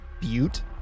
Butte